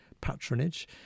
patronage